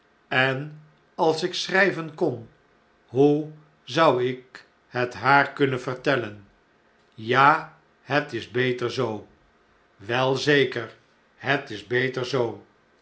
en als ik schrijven kon hoe zou ik het haar kunnen vertellen ja het is beter zoo wel zeker het is beter zoo